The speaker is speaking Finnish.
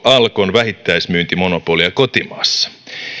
alkon vähittäismyyntimonopolia kotimaassa